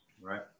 Right